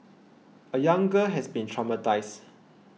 a young girl has been traumatised